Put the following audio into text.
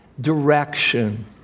direction